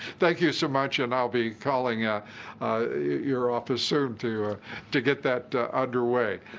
thank you so much, and i'll be calling ah your office soon to ah to get that under way.